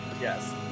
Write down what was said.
Yes